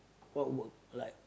what work like